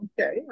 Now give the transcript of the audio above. okay